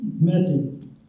method